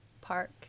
Park